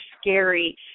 scary